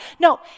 No